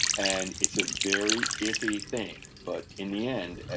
and it's a very iffy thing, but in the end,